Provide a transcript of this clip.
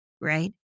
right